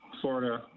Florida